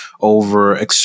over